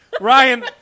Ryan